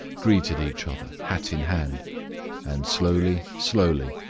greeted each other, hat in hand and slowly, slowly,